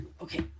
Okay